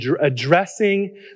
addressing